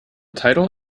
tidal